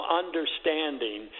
understanding